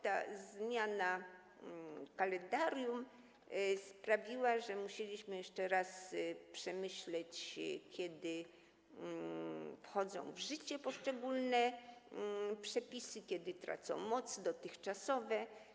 Ta zmiana w kalendarium sprawiła, że musieliśmy jeszcze raz przemyśleć, kiedy wchodzą w życie poszczególne przepisy, a kiedy tracą moc dotychczasowe.